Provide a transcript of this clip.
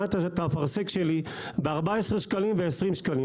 את האפרסק שלי ב-14 שקלים וב-20 שקלים.